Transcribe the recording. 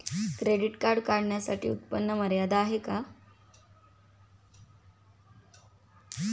Credit card काढण्यासाठी उत्पन्न मर्यादा काय आहे?